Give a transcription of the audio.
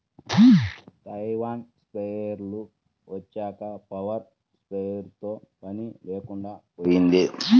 Taiwan స్ప్రేయర్లు వచ్చాక power స్ప్రేయర్లతో పని లేకుండా పోయింది